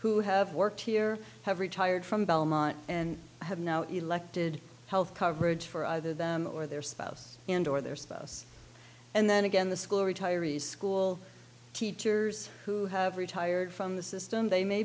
who have worked here have retired from belmont and have now elected health coverage for either them or their spouse and or their spouse and then again the school retirees school teachers who have retired from the system they may